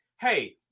hey